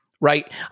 right